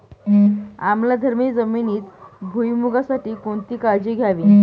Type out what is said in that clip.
आम्लधर्मी जमिनीत भुईमूगासाठी कोणती काळजी घ्यावी?